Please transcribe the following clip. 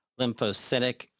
lymphocytic